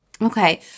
Okay